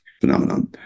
phenomenon